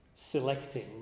selecting